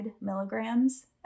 milligrams